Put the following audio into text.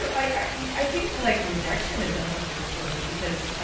i think like rejection is uncomfortable for me because,